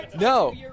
no